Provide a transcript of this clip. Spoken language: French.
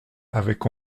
avec